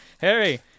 Harry